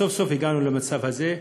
סוף-סוף הגענו למצב הזה.